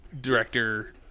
director